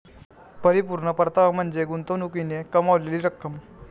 परिपूर्ण परतावा म्हणजे गुंतवणुकीने कमावलेली रक्कम